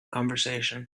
conversation